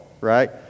right